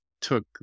took